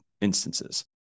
instances